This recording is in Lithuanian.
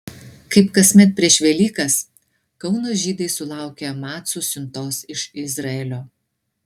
kaip kasmet prieš velykas kauno žydai sulaukė macų siuntos iš izraelio